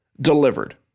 delivered